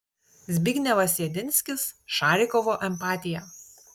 zbignevas jedinskis šarikovo empatija